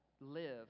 live